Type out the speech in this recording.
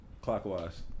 clockwise